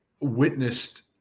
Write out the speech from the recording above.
witnessed